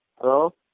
Hello